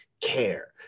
care